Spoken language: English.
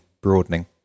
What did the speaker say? broadening